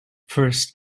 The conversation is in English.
first